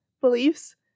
beliefs